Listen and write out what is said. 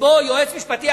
שבו יועץ משפטי,